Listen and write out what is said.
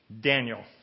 Daniel